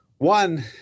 One